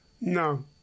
No